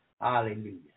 Hallelujah